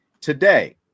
today